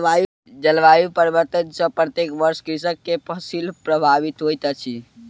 जलवायु परिवर्तन सॅ प्रत्येक वर्ष कृषक के फसिल प्रभावित होइत अछि